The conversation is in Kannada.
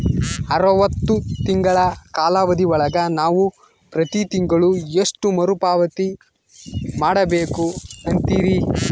ಅರವತ್ತು ತಿಂಗಳ ಕಾಲಾವಧಿ ಒಳಗ ನಾವು ಪ್ರತಿ ತಿಂಗಳು ಎಷ್ಟು ಮರುಪಾವತಿ ಮಾಡಬೇಕು ಅಂತೇರಿ?